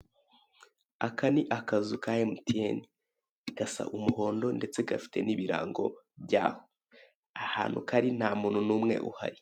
Aka ni akazu ka Emutiyeni. Gasa umuhondo ndetse gafite n'ibirango byaho. Ahantu kari, nta muntu n'umwe uhari.